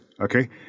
Okay